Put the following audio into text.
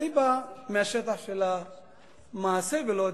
אני בא מהשטח של המעשה ולא הדיבורים.